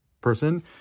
person